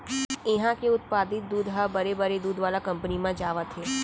इहां के उत्पादित दूद ह बड़े बड़े दूद वाला कंपनी म जावत हे